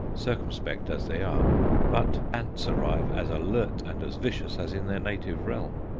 circumspect as they are but ants arrive as alert and as vicious as in their native realm.